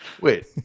Wait